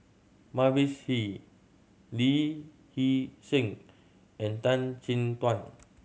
Mavis Hee Lee Hee Seng and Tan Chin Tuan